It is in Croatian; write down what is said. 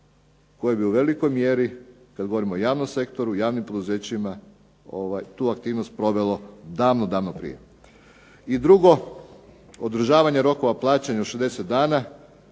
koje bi u velikoj mjeri kada govorimo o javnom sektoru javnim poduzećima tu aktivnost provelo davno, davno prije. I drugo, održavanje rokova plaćanja od 60 dana,